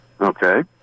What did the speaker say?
Okay